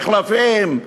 מחלפים,